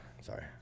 Sorry